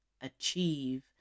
achieve